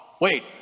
Wait